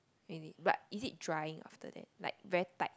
maybe but is it drying after that like very tight